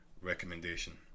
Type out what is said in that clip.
recommendation